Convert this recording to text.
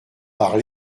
par